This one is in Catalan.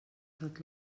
tot